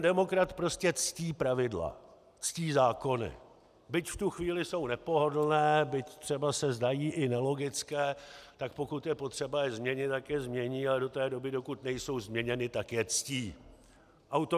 Demokrat prostě ctí pravidla, ctí zákony, byť v tu chvíli jsou nepohodlné, byť třeba se zdají i nelogické, pokud je potřeba je změnit, tak je změní a do té doby, dokud nejsou změněny, tak je ctí.